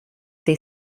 they